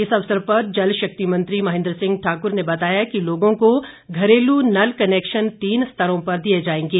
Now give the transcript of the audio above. इस अवसर पर जल शक्ति मंत्री महेन्द्र सिंह ठाकुर ने बताया कि लोगों को घरेलू नल कनैक्शन तीन स्तरों पर दिए जाएंगे